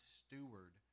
steward